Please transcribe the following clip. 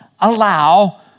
allow